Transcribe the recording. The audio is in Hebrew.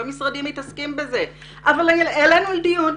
המשרדים מתעסקים בזה אבל העלנו לדיון,